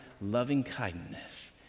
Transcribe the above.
loving-kindness